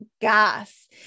gas